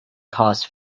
costs